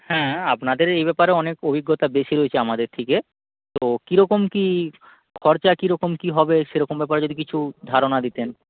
হ্যাঁ আপনাদের এই ব্যাপারে অনেক অভিজ্ঞতা বেশি রয়েছে আমাদের থেকে তো কী রকম কী খরচা কী রকম কী হবে সেরকম ব্যাপারে যদি কিছু ধারণা দিতেন